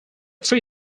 three